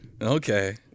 Okay